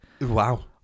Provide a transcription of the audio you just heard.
Wow